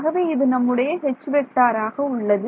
ஆகவே இது நம்முடைய H உள்ளது